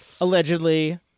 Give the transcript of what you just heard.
Allegedly